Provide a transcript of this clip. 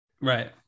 Right